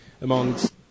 amongst